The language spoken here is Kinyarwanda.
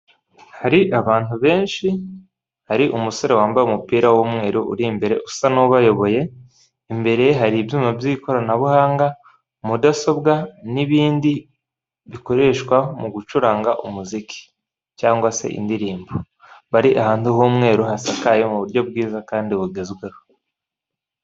Hari abantu benshi hari umusore wambaye umupira w'umweru uri imbere usa n'ubayoboye, imbere hari ibyuma by'ikoranabuhanga mudasobwa n'ibindi bikoreshwa mu gucuranga umuziki, cyangwa se indirimbo bari ahandi h'umweru hasakaye mu buryo bwiza kandi bugezweho.